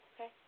okay